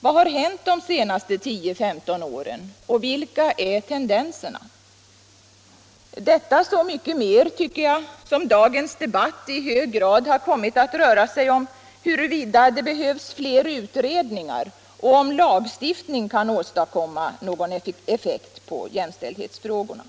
Vad har hänt under de senaste tio femton åren, och vilka är tendenserna? Jag tycker att man kan fråga sig detta så mycket mer som dagens debatt i hög grad har kommit att röra sig om huruvida det behövs fler utredningar och om lagstiftning kan åstadkomma någon effekt när det gäller jämställdhetsfrågorna.